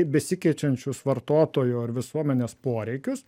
besikeičiančius vartotojų ir visuomenės poreikius